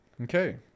Okay